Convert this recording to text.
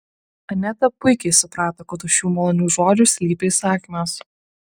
aneta puikiai suprato kad už šių malonių žodžių slypi įsakymas